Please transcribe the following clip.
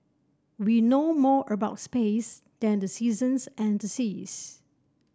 we know more about space than the seasons and the seas